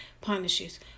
punishes